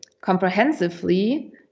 comprehensively